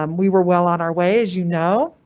um we we're well on our way, as you know,